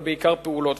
אבל בעיקר פעולות,